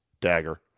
dagger